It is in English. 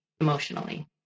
emotionally